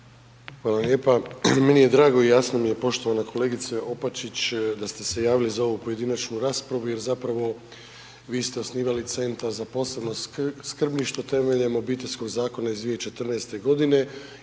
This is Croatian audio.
Hvala lijepa. Meni je drago i jasno mi je poštovana kolegice Opačić da ste se javili za ovu pojedinačnu raspravu jer zapravo vi ste osnivali Centar za posebno skrbništvo temeljem Obiteljskog zakona iz 2014. g.